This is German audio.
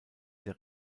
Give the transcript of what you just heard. der